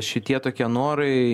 šitie tokie norai